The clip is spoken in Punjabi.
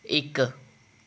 ਇੱਕ